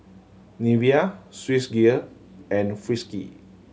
Nivea Swissgear and Frisky